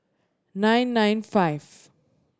nine nine five